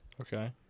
Okay